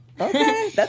Okay